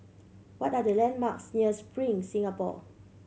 what are the landmarks near Spring Singapore